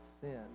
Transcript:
sin